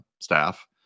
staff